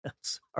sorry